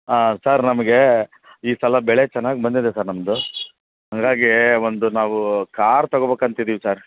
ಹಾಂ ಸರ್ ನಮಗೆ ಈ ಸಲ ಬೆಳೆ ಚೆನ್ನಾಗಿ ಬಂದಿದೆ ಸರ್ ನಮ್ಮದು ಹಾಗಾಗೀ ಒಂದು ನಾವು ಕಾರ್ ತಗೋಬೇಕ್ ಅಂತ ಇದ್ದೀವಿ ಸರ್